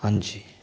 ਹਾਂਜੀ